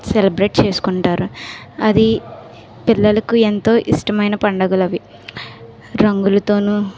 celebrate చేసుకుంటారు అది పిల్లలకు ఎంతో ఇష్టమైన పండుగలు అవి రంగులతోను